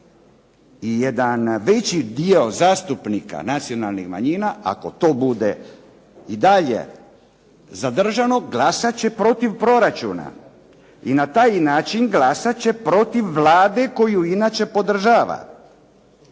I jedan veći dio zastupnika nacionalnih manjina ako to bude i dalje zadržano glasat će protiv proračuna, i na taj način glasat će protiv Vlade koju inače podržava.